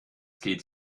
geht